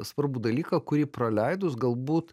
svarbų dalyką kurį praleidus galbūt